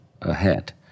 ahead